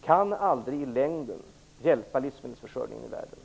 kan aldrig i längden hjälpa livsmedelsförsörjningen i världen.